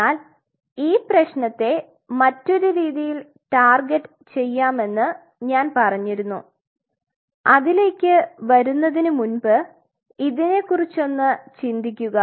എന്നാൽ ഈ പ്രേശ്നത്തെ മറ്റൊരു രീതിയിൽ ടാർഗറ്റ് ചെയ്യാമെന്ന് ഞാൻ പറഞ്ഞിരുന്നു അതിലേക് വരുന്നതിനു മുൻപ് ഇതിനെക്കുറിച് ഒന്ന് ചിന്തിക്കുക